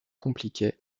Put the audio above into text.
compliquées